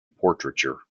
portraiture